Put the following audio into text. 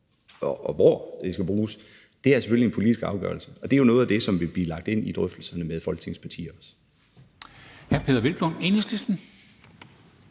og hvor det skal bruges selvfølgelig er en politisk afgørelse, og det er jo noget af det, som vil blive lagt ind i drøftelserne med Folketingets partier.